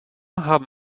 haben